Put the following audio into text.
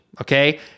okay